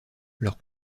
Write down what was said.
leur